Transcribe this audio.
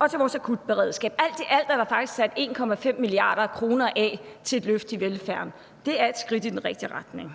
og til vores akutberedskab. Alt i alt er der faktisk sat 1,5 mia. kr. af til et løft i velfærden. Det er et skridt i den rigtige retning.